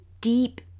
deep